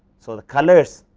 so the colors,